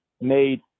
made